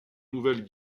nouvelle